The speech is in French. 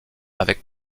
avec